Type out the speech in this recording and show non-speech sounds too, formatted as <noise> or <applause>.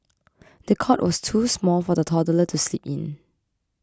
<noise> the cot was too small for the toddler to sleep in